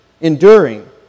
enduring